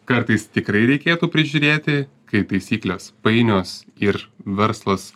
kartais tikrai reikėtų prižiūrėti kai taisyklės painios ir verslas